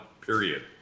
period